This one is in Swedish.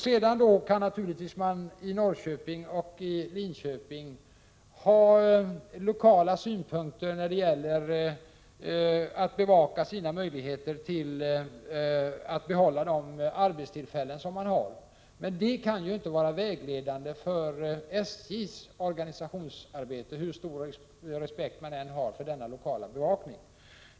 Sedan kan man naturligtvis i Norrköping och Linköping ha lokala synpunkter när det gäller att bevaka sina möjligheter att behålla de arbetstillfällen som finns där, men detta kan ju inte vara vägledande för SJ:s organisationsarbete, hur stor respekt man än har för denna lokala bevakning.